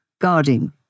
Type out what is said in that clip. guarding